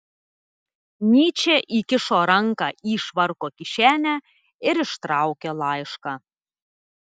nyčė įkišo ranką į švarko kišenę ir ištraukė laišką